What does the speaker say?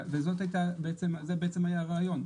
וזה בעצם היה הרעיון.